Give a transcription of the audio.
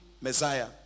Messiah